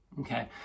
okay